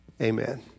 Amen